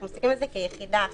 אנחנו מסתכלים על זה כיחידה אחת,